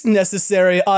necessary